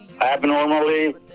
abnormally